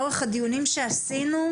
לאורך הדיונים שעשינו,